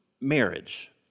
marriage